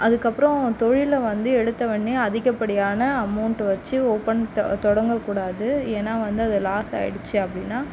அதுக்கப்புறோம் தொழிலை வந்து எடுத்த உடனே அதிகப்படியான அமௌன்ட்டு வச்சு ஓப்பன் தொடங்கக்கூடாது ஏன்னா வந்து அது லாஸ் ஆயிடுச்சு அப்படின்னா